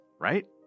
right